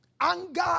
Anger